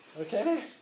Okay